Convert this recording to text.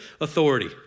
authority